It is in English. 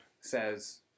says